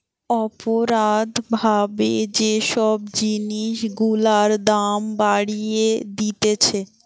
অপরাধ ভাবে যে সব জিনিস গুলার দাম বাড়িয়ে দিতেছে